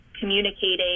communicating